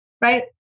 Right